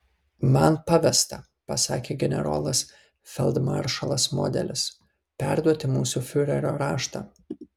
man pavesta pasakė generolas feldmaršalas modelis perduoti mūsų fiurerio raštą